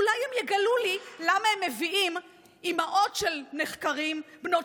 אולי הם יגלו לי למה הם מביאים אימהות של נחקרים בנות